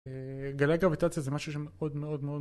גלי גרביטציה זה משהו שמאוד מאוד מאוד .